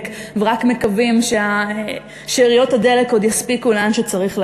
ורק מקווים ששאריות הדלק עוד יספיקו כדי להגיע לאן שצריך להגיע.